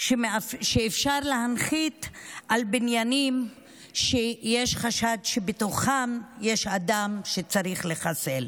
שאפשר להנחית על בניינים שיש חשד שבתוכם יש אדם שצריך לחסל,